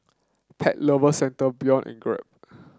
Pet Lover Centre Biore and Grab